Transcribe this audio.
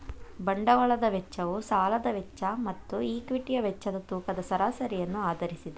ಬಂಡವಾಳದ ವೆಚ್ಚವು ಸಾಲದ ವೆಚ್ಚ ಮತ್ತು ಈಕ್ವಿಟಿಯ ವೆಚ್ಚದ ತೂಕದ ಸರಾಸರಿಯನ್ನು ಆಧರಿಸಿದೆ